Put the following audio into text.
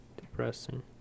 Depressing